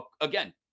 again